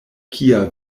kia